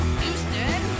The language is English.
Houston